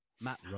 matt